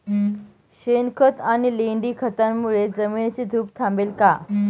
शेणखत आणि लेंडी खतांमुळे जमिनीची धूप थांबेल का?